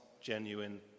genuine